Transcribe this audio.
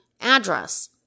address